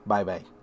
Bye-bye